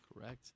Correct